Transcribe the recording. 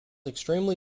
extremely